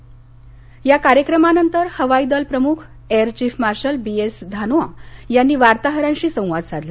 धानोआ या कार्यक्रमानंतर हवाई दल प्रमुख air chief marshal B S Dhanoa यांनी वार्ताहरांशी संवाद साधला